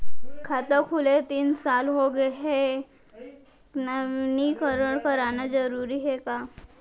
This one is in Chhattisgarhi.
खाता खुले तीन साल हो गया गये हे नवीनीकरण कराना जरूरी हे का?